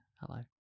hello